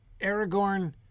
Aragorn